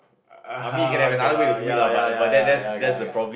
[aha] cannot okay lor ya lah ya lah ya lah ya lah okay lah okay lah